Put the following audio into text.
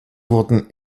wurden